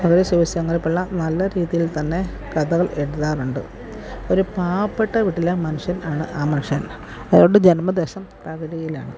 തകഴി ശിവശങ്കരപ്പിള്ള നല്ല രീതിയിൽത്തന്നെ കഥകൾ എഴുതാറുണ്ട് ഒരു പാവപ്പെട്ട വീട്ടിലെ മനുഷ്യൻ ആണ് ആ മനുഷ്യൻ അയാളുടെ ജന്മദേശം തകഴിയിലാണ്